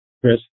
Chris